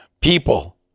people